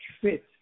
fit